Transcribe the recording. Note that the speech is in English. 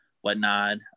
whatnot